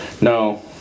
No